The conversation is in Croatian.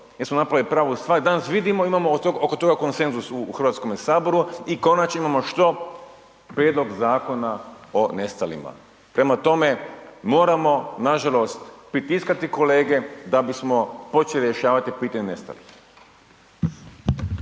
smo napravili pravu stvar i danas vidimo, imamo oko toga konsenzus u HS i konačno imamo što, prijedlog zakona o nestalima. Prema tome, moramo nažalost pritiskati kolege da bismo počeli rješavati pitanje nestalih.